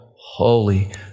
Holy